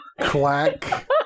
Clack